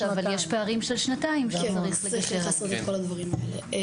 אבל יש פערים של שנתיים שצריך לגשר עליהם.